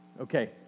Okay